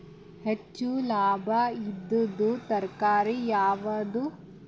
ಹೆಚ್ಚು ಲಾಭಾಯಿದುದು ತರಕಾರಿ ಯಾವಾದು?